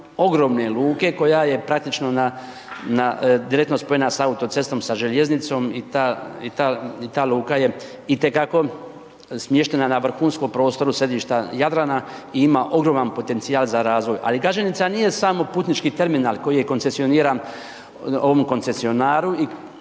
ogromne luke koja je praktično na, direktno spojena sa autocestom sa željeznicom i ta, i ta luka je i te kako smještena na vrhunskom prostoru središta Jadrana i ima ogroman potencijal za razvoj. Ali Gaženica nije samo putnički terminal koji je koncesioniran ovom koncesionaru